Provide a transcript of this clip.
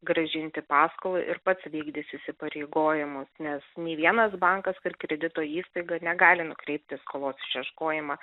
grąžinti paskolą ir pats vykdys įsipareigojimus nes nei vienas bankas kaip kredito įstaiga negali nukreipti skolos išieškojimą